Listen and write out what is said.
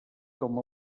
com